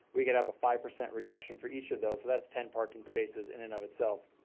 we could have a five percent reduction for each of those. so that's ten parking spaces in and of itself.